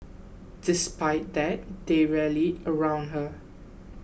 despite that they rallied around her